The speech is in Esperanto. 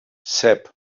sep